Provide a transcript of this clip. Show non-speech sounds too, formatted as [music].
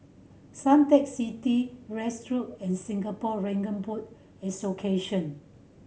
Suntec City [unintelligible] Road and Singapore Dragon Boat Association